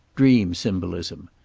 dream symbolism.